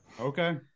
Okay